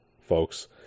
folks